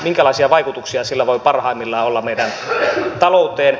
minkälaisia vaikutuksia sillä voi parhaimmillaan olla meidän talouteemme